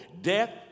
Death